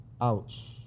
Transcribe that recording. Ouch